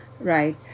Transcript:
right